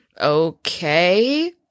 okay